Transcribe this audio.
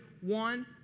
one